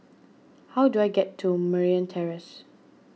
how do I get to Merryn Terrace